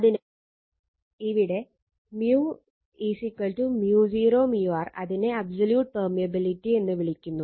അതിനാൽ ഇവിടെ μ μ0 μr അതിനെ അബ്സോല്യൂട്ട് പെർമിയബിലിറ്റി എന്ന് വിളിക്കുന്നു